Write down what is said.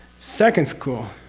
second school?